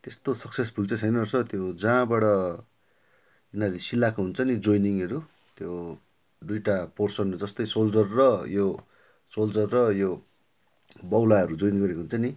त्यस्तो सक्सेसफुल चाहिँ छैन रहेछ त्यो जहाँबाट यिनीहरूले सिलाएको हुन्छ नि जोइनिङहरू त्यो दुइवटा पोर्सनहरू जस्तै सोल्डर र यो सोल्डर र यो बहुलाहरू जोइन गरेको हुन्छ नि